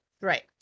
right